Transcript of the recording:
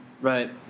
right